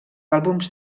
àlbums